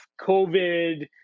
covid